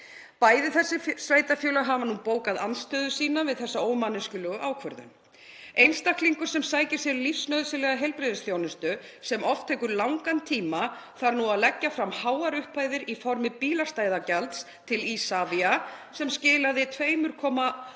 Bæði þessi sveitarfélög hafa nú bókað andstöðu sína við þessa ómanneskjulegu ákvörðun. Einstaklingur sem sækir sér lífsnauðsynlega heilbrigðisþjónustu, sem oft tekur langan tíma, þarf nú að leggja fram háar upphæðir í formi bílastæðagjalds til Isavia sem skilaði 2,1